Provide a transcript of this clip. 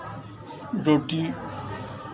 रोटी